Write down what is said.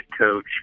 coach